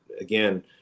again